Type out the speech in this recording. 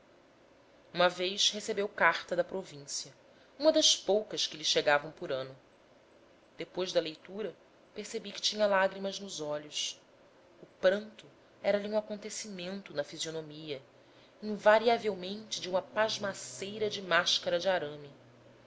uma vez recebeu carta da província uma das poucas que lhe chegavam por ano depois da leitura percebi que tinha lágrimas nos olhos o pranto era-lhe um acontecimento na fisionomia invariavelmente de uma pasmaceira de máscara de arame